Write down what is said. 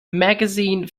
magazine